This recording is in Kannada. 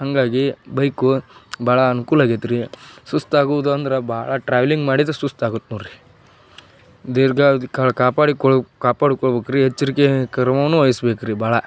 ಹಾಗಾಗಿ ಬೈಕು ಭಾಳ ಅನುಕೂಲ ಆಗೈತೆ ರೀ ಸುಸ್ತು ಆಗೋದು ಅಂದ್ರೆ ಭಾಳ ಟ್ರಾವೆಲಿಂಗ್ ಮಾಡಿದ್ರೆ ಸುಸ್ತು ಆಗುತ್ತೆ ನೋಡಿರಿ ದೀರ್ಘಾವಧಿ ಕಾಲ ಕಾಪಾಡಿಕೊಳ್ಳು ಕಾಪಾಡಿಕೊಳ್ಬೇಕ್ರಿ ಎಚ್ಚರಿಕೆ ವಹಿಸ್ಬೇಕ್ರಿ ಭಾಳ